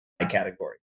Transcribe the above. category